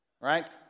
right